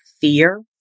fear